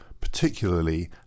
particularly